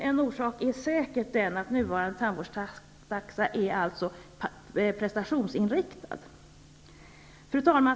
En orsak är säkert att den nuvarande tandvårdstaxan är prestationsinriktad. Fru talman!